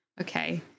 Okay